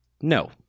No